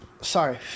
Sorry